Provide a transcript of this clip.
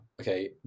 okay